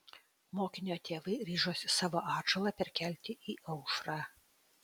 mokinio tėvai ryžosi savo atžalą perkelti į aušrą